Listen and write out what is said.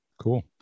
Cool